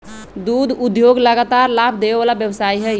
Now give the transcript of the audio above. दुध उद्योग लगातार लाभ देबे वला व्यवसाय हइ